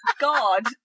God